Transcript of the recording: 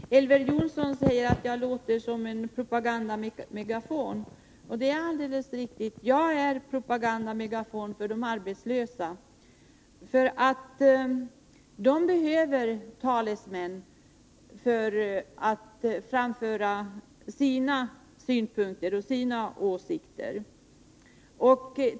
Herr talman! Elver Jonsson säger att jag låter som en propagandamegafon. Det är alldeles riktigt. Jag är propagandamegafon för de arbetslösa. De behöver talesmän som framför deras synpunkter och åsikter.